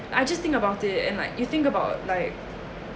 I just think about it and like you think about like